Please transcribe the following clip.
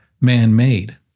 man-made